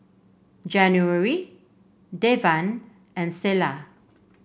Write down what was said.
January Devan and Selah